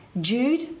Jude